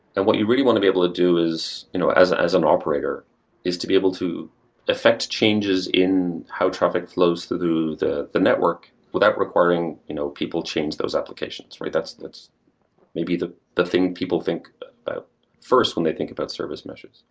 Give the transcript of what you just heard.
and what you really want to be able to do you know as as an operator is to be able to affect changes in how traffic flows through the the network without requiring you know people change those applications. that's that's maybe the the thing people think about first when they think about service meshes.